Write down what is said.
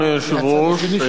אדוני היושב-ראש,